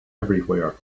everywhere